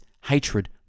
Hatred